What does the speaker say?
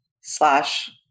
slash